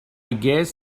guess